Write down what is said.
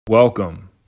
Welcome